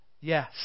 Yes